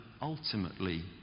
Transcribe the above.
ultimately